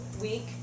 week